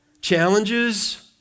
Challenges